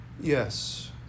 Yes